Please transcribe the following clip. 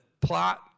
plot